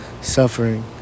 suffering